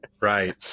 Right